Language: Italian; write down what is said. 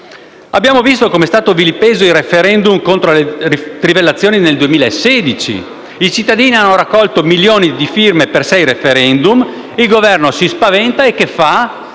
Abbiamo visto com'è stato vilipeso il *referendum* contro le trivellazioni nel 2016: i cittadini hanno raccolto milioni di firme per sei *referendum*, il Governo si è spaventato e che ha